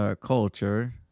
culture